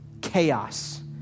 chaos